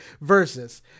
verses